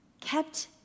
kept